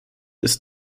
ist